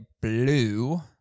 Blue